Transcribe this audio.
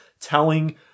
telling